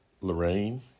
Lorraine